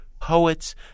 poets